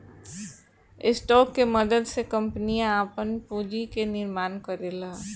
stock के मदद से कंपनियां आपन पूंजी के निर्माण करेला